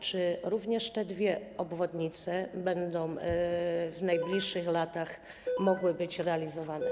Czy również te dwie obwodnice będą w najbliższych latach mogły być realizowane?